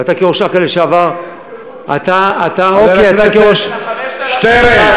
ואתה, כראש אכ"א לשעבר, הכסף הוא מחוץ לצבא.